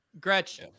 Gretch